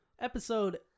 episode